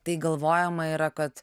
tai galvojama yra kad